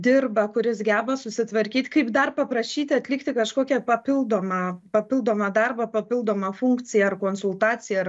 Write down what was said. dirba kuris geba susitvarkyt kaip dar paprašyti atlikti kažkokią papildomą papildomą darbą papildomą funkciją ar konsultaciją ar